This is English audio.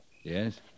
Yes